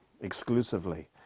exclusively